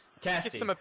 cassie